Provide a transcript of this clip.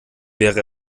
wäre